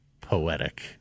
poetic